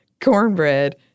cornbread